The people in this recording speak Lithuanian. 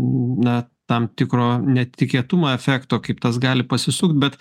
na tam tikro netikėtumo efekto kaip tas gali pasisukt bet